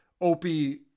Opie